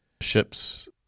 ships